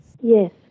yes